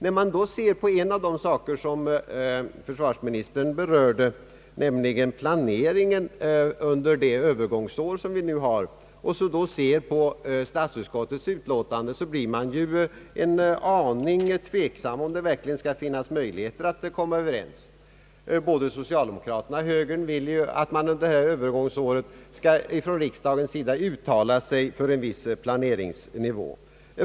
När man då ser på en av de frågor som försvarsministern berörde, nämligen planeringen under det övergångsår vi har framför oss, och ser på statsutskottets utlåtande blir man en aning tveksam om det verkligen kan finnas möjligheter att komma överens. Både socialdemokraterna och högern vill ju att riksdagen under övergångsåret skall uttala sig för en viss planeringsnivå.